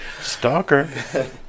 Stalker